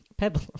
Pebble